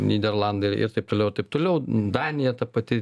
nyderlandai ir taip toliau ir taip toliau danija ta pati